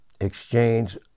exchange